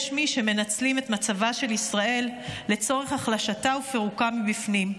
יש מי שמנצלים את מצבה של ישראל לצורך החלשתה ופירוקה מבפנים,